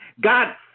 God